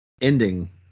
ending